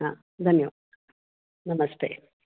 हा धन्यवादः नमस्ते